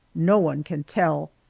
no one can tell.